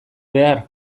behar